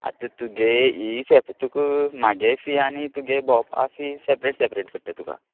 आत तुगे ई सॅप तुक मागे फी आनी तुगें भोंवपा फी सॅपरेट सॅपरेट पडट तुका